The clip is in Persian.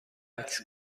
فکس